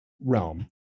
realm